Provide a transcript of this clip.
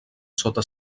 sota